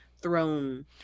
Throne